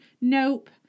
Nope